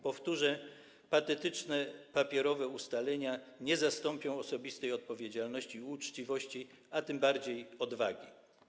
Powtórzę: patetyczne, papierowe ustalenia nie zastąpią osobistej odpowiedzialności i uczciwości, a tym bardziej odwagi.